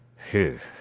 whew!